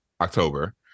October